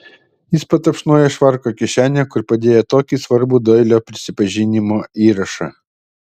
jis patapšnojo švarko kišenę kur padėjo tokį svarbų doilio prisipažinimo įrašą